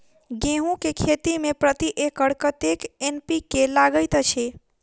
गेंहूँ केँ खेती मे प्रति एकड़ कतेक एन.पी.के लागैत अछि?